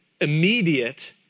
immediate